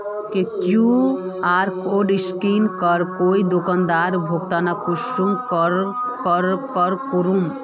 QR code scan करे कोई दुकानदारोक भुगतान कुंसम करे करूम?